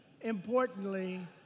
importantly